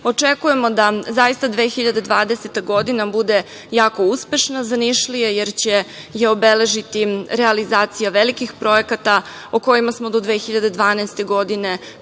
očekujemo da zaista 2020. godina bude jako uspešna za Nišlije, jer će je obeležiti realizacija velikih projekata o kojima smo do 2012. godine, kada